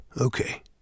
okay